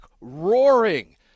roaring